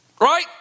Right